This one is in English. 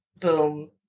boom